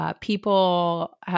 People